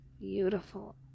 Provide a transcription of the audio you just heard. beautiful